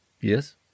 Yes